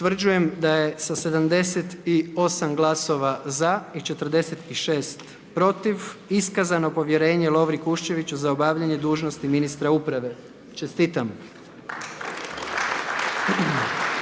Utvrđujem da je sa 78 glasova za i 46 protiv iskazano povjerenje Lovri Kuščeviću za obavljanje dužnosti ministra uprave. Čestitam.